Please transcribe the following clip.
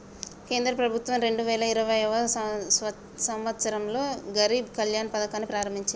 కేంద్ర ప్రభుత్వం రెండు వేల ఇరవైయవ సంవచ్చరంలో గరీబ్ కళ్యాణ్ పథకాన్ని ప్రారంభించిర్రు